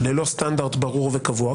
ללא סטנדרט ברור וקבוע,